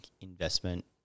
investment